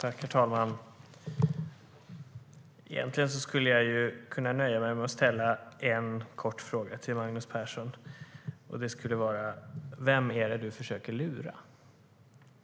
Herr talman! Egentligen skulle jag kunna nöja mig med att ställa en kort fråga till Magnus Persson: Vem är det du försöker lura?